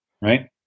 right